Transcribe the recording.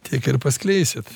tiek ir paskleisit